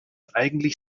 eigentlich